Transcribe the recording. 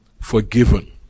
forgiven